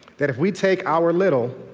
that if we take our little,